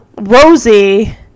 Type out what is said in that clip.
Rosie